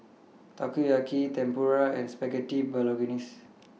Takoyaki Tempura and Spaghetti Bolognese